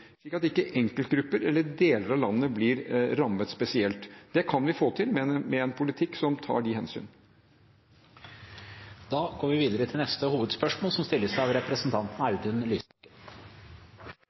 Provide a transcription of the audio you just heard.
slik at ikke enkeltgrupper eller deler av landet blir rammet spesielt. Det kan vi få til med en politikk som tar de hensynene. Vi går videre til neste hovedspørsmål.